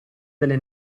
delle